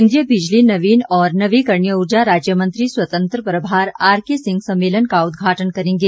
केन्द्रीय बिजली नवीन और नवीकरणीय ऊर्जा राज्य मंत्री स्वतंत्र प्रभार आरके सिंह सम्मेलन का उद्घाटन करेंगे